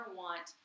want